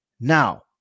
Now